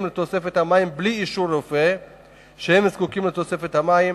לתוספת המים בלי אישור רופא שהם זקוקים לתוספת המים,